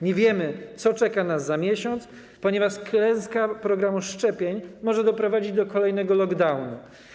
Nie wiemy, co czeka nas za miesiąc, ponieważ klęska programu szczepień może doprowadzić do kolejnego lockdownu.